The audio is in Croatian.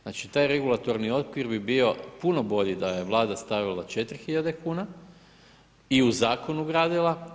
Znači taj regulatorni okvir bi bio puno bolji da je Vlada stavila 4 hiljade kuna i u zakon ugradila.